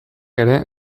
ere